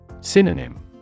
Synonym